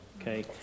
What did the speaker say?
Okay